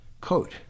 coat